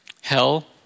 hell